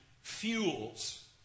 fuels